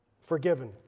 Forgiven